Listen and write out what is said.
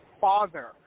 Father